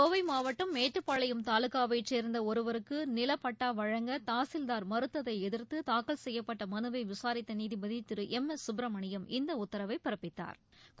கோவை மாவட்டம் மேட்டுப்பாளையம் தாலுகாவைச் சேர்ந்த ஒருவருக்கு நிலப்பட்டா வழங்க தாசில்தாா் மறுத்தை எதிா்த்து தாக்கல் செய்யப்பட்ட மனுவை விசாரித்த நீதிபதி திரு எம் எஸ் சுப்ரமணியம் இந்த உத்தரவை பிறப்பித்தாா்